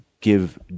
give